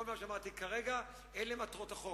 כל מה שאמרתי כרגע אלה מטרות החוק,